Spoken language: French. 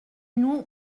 nous